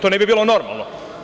To ne bi bilo normalno.